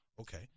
okay